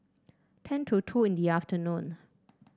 ten to two in the afternoon